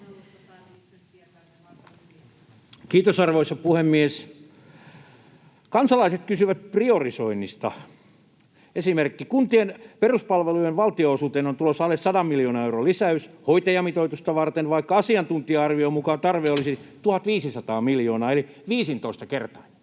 Kiitos, arvoisa puhemies! Kansalaiset kysyvät priorisoinnista. Esimerkki: Kuntien peruspalvelujen valtionosuuteen on tulossa alle 100 miljoonan euron lisäys hoitajamitoitusta varten, vaikka asiantuntija-arvion mukaan tarve olisi 1 500 miljoonaa eli 15-kertainen.